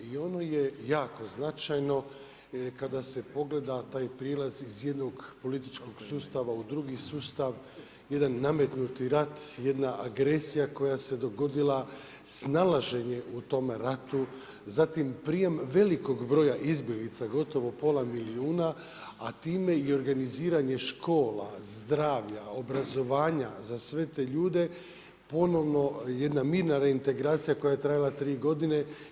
I ono je jako značajno kada se pogleda taj prijelaz iz jednog političkog sustava u drugi sustav, jedan nametnuti rat, jedna agresija koja se dogodila, snalaženje u tom ratu, zatim prijem velikog broja izbjeglica gotovo pola milijuna, a time i organiziranje škola zdravlja, obrazovanja za sve te ljude ponovno jedna mirna reintegracija koja je trajala tri godine.